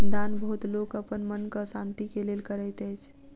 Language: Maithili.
दान बहुत लोक अपन मनक शान्ति के लेल करैत अछि